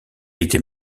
était